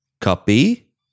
Copy